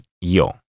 YO